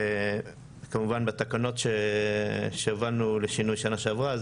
כמובן בתקנות שהובלנו לשינוי שנה שעברה,